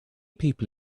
people